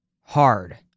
hard